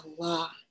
Allah